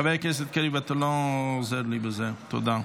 חבר הכנסת קריב, אתה לא עוזר לי בזה, תודה.